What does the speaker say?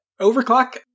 overclock